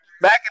Back